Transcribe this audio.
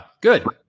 Good